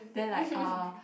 then like uh